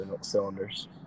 cylinders